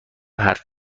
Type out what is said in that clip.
حرف